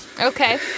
Okay